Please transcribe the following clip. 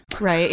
Right